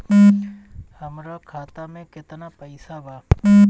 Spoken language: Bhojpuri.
हमरा खाता में केतना पइसा बा?